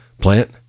plant